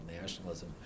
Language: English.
nationalism